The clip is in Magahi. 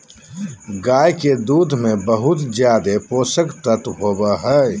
गाय के दूध में बहुत ज़्यादे पोषक तत्व होबई हई